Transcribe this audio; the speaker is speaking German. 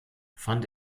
fand